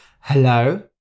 Hello